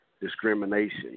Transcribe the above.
discrimination